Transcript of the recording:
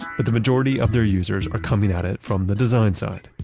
but the majority of their users are coming at it from the design side.